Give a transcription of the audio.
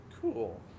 Cool